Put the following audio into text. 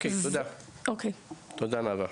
תודה, נאוה.